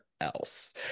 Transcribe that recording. else